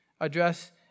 address